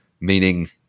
meaning